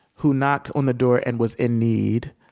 who knocked on the door and was in need,